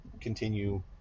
continue